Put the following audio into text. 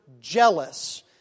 jealous